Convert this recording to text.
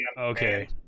Okay